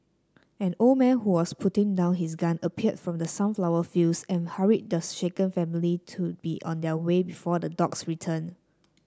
an old man who was putting down his gun appeared from the sunflower fields and hurried the shaken family to be on their way before the dogs return